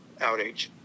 outage